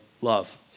love